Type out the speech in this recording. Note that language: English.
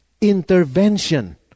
Intervention